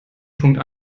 punkt